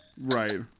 Right